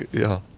yeah,